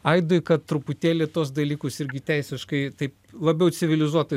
aidui kad truputėlį tuos dalykus irgi teisiškai taip labiau civilizuotai